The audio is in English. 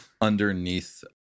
underneath